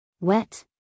Wet